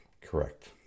Correct